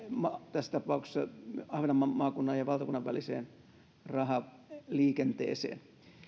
tässä tapauksessa ahvenanmaan maakunnan ja valtakunnan väliseen rahaliikenteeseen